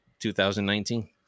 2019